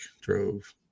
drove